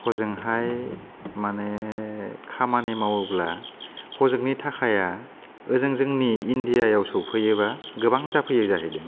हजोंहाय माने खामानि मावोब्ला हजोंनि थाखाया ओजों जोंनि इण्डियायाव सौफैयोबा गोबां जाफैयो जाहैदों